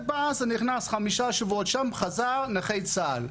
והוא נכנס לעזה חמישה שבועות שם וחוזר נכה צה"ל.